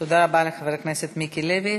תודה רבה לחבר הכנסת מיקי לוי.